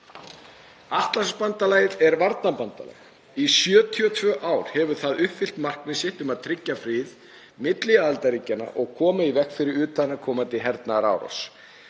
Atlantshafsbandalagið er varnarbandalag. Í 72 ár hefur það uppfyllt markmið sitt um að tryggja frið milli aðildarríkjanna og komið í veg fyrir utanaðkomandi hernaðarárás.